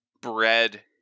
bread